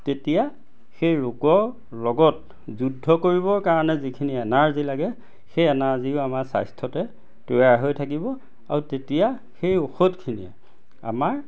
তেতিয়া সেই ৰোগৰ লগত যুদ্ধ কৰিবৰ কাৰণে যিখিনি এনাৰ্জি লাগে সেই এনাৰ্জিও আমাৰ স্বাস্থ্যতে তৈয়াৰ হৈ থাকিব আৰু তেতিয়া সেই ঔষধখিনিয়ে আমাৰ